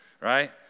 right